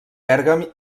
pèrgam